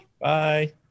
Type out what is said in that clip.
Bye